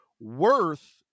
worth